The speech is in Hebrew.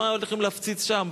אז מה לכם להפציץ שם?